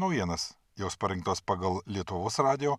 naujienas jos parengtos pagal lietuvos radijo